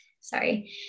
sorry